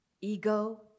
Ego